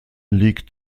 liegt